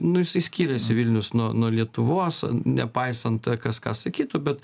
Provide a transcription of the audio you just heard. nu jisai skiriasi vilnius nuo nuo lietuvos nepaisant kas ką sakytų bet